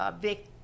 big